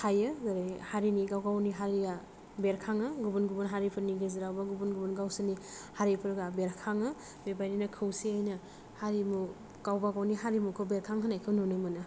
थायो जेरै हारिनि गाव गावनि हारिया बेरखाङो गुबुन गुबुन हारि नि गेजेरावबो गुबुन गुबुन गावसोरनि हारिफोरा बेरखाङो बेबादिनो खौसेयैनो हारिमु गावबा गाव नि हारिमुखौ बेरखांहोनायखौ नुनो मोनो